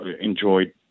enjoyed